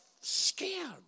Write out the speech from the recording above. scared